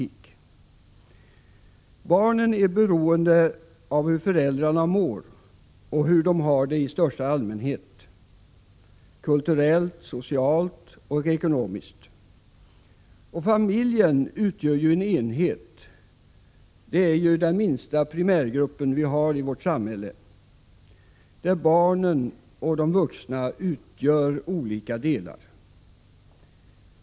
Barnen är beroende av hur föräldrarna mår och hur de har det i största allmänhet — kulturellt, socialt och ekonomiskt. Familjen utgör en enhet — den är den minsta primärgruppen i samhället — där barnen och de vuxna utgör olika delar.